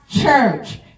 church